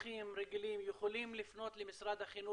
ואני עושה הפסקות פעילות בהרבה בתי ספר,